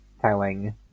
telling